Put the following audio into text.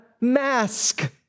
mask